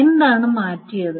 എന്താണ് മാറ്റിയത്